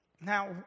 Now